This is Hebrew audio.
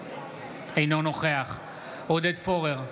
אינו נוכח עודד פורר,